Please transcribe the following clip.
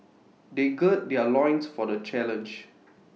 they gird their loins for the challenge